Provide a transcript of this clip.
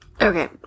Okay